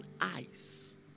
eyes